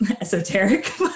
esoteric